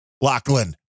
Lachlan